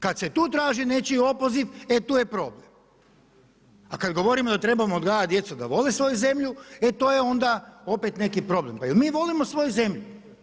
Kada se tu traži nečiji opoziv e to je problem, a kada govorimo da trebamo odgajati djecu da vole svoju zemlju, e to je onda opet neki problem, pa jel mi volimo svoju zemlju?